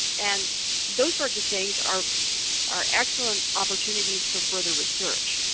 and those sorts of things, are are excellent opportunities for further research.